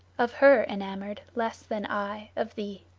of her enamoured less than i of thee.